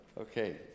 Okay